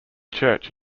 church